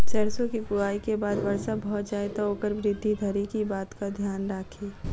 सैरसो केँ बुआई केँ बाद वर्षा भऽ जाय तऽ ओकर वृद्धि धरि की बातक ध्यान राखि?